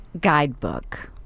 guidebook